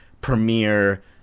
premiere